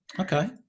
Okay